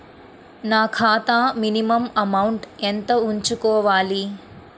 నా ఖాతా minimum amount ఎంత ఉంచుకోవాలి?